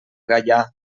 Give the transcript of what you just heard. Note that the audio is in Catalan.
gaià